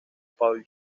paul